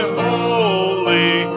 holy